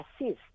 assist